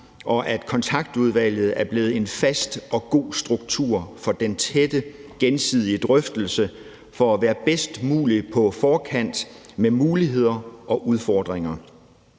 og at Kontaktudvalget er blevet en fast og god struktur for den tætte, gensidige drøftelse for at være bedst mulig på forkant med muligheder og udfordringer.